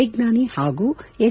ವಿಜ್ಞಾನಿ ಹಾಗೂ ಎಸ್